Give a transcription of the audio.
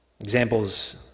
Examples